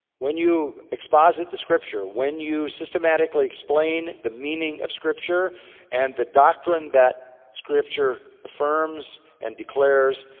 when you exposit the scripture, when you systematically explain the meaning of scripture and the doctrine that scripture affirms and declares,